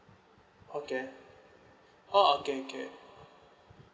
okay oh okay okay